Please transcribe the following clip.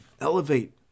Elevate